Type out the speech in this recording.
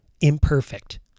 imperfect